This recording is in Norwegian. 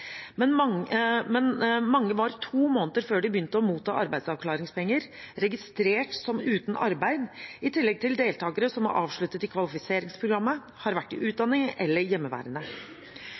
Men mange var to måneder før de begynte å motta arbeidsavklaringspenger, registrert som uten arbeid, i tillegg til deltakere som har avsluttet kvalifiseringsprogrammet, har vært i utdanning eller